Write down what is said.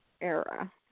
era